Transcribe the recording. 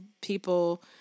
people